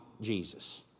Jesus